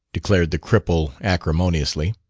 declared the cripple acrimoniously.